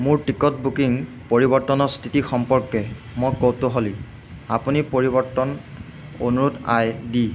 মোৰ ticket booking পৰিৱৰ্তনৰ স্থিতি সম্পৰ্কে মই কৌতূহলী আপুনি পৰিৱৰ্তন অনুৰোধ আই ডি